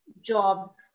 jobs